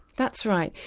that's right.